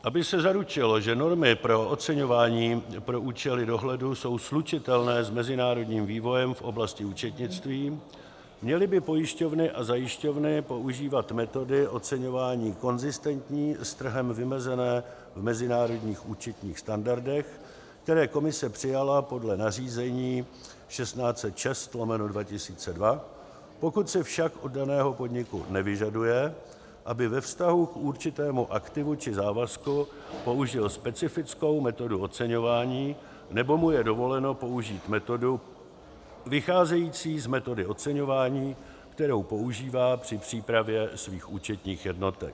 Aby se zaručilo, že normy pro oceňování pro účely dohledu jsou slučitelné s mezinárodním vývojem v oblasti účetnictví, měly by pojišťovny a zajišťovny používat metody oceňování konzistentní s trhem vymezené v mezinárodních účetních standardech, které Komise přijala podle nařízení 1606/2002, pokud se však od daného podniku nevyžaduje, aby ve vztahu k určitému aktivu či závazku použil specifickou metodu oceňování, nebo mu je dovoleno použít metodu vycházející z metody oceňování, kterou používá při přípravě svých účetních jednotek.